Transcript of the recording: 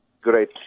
great